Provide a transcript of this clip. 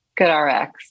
GoodRx